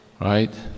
right